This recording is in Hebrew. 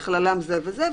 ובכללם זה וזה.